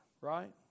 right